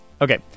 Okay